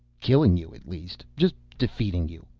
killing you, at least. just defeating you.